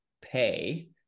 pay